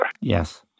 Yes